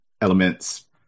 elements